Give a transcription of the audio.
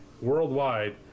worldwide